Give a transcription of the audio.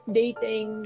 dating